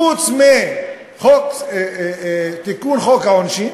חוץ מתיקון חוק העונשין